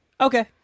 Okay